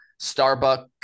Starbucks –